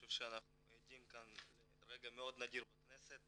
חושב שאנחנו עדים כאן לרגע מאוד נדיר בכנסת,